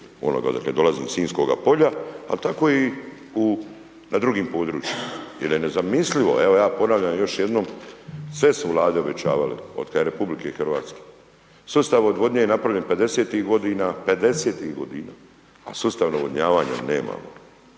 onoga odakle dolazim iz Sinjskoga polja a tako i na drugim područjima jer je nezamislivo, evo ja ponavljam još jednom, sve su Vlade obećavale otkad je RH. Sustav odvodnje je napravljen 50-ih godina, a sustav navodnjavanja nemamo.